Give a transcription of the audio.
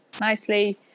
nicely